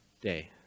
day